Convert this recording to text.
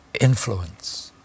influence